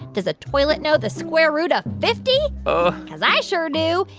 does a toilet know the square root of fifty? cause i sure do.